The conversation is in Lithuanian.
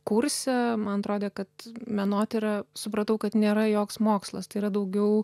kurse man atrodė kad menotyra supratau kad nėra joks mokslas tai yra daugiau